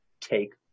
take